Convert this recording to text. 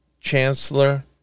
Chancellor